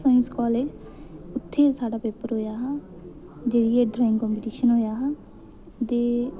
Reasi science college उत्थै भी साढ़ा पेपर होएआ हा ड्राइंग कम्पिटिशन होएआ हा ते